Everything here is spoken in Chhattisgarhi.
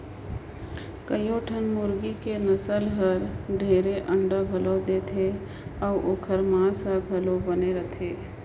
कयोठन मुरगी के नसल हर ढेरे अंडा घलो देथे अउ ओखर मांस हर घलो बने रथे